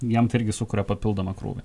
jam tai irgi sukuria papildomą krūvį